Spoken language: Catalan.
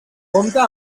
compta